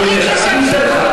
חברת הכנסת ענת ברקו,